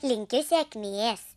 linkiu sėkmės